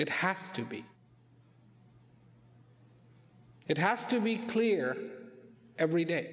it has to be it has to be clear every day